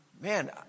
Man